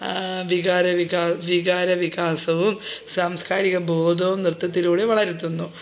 വികാരവികാ വികാരവികാസവും സാംസ്കാരിക ബോധവും നൃത്തത്തിലൂടെ വളർത്തുന്നു